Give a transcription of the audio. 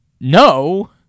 no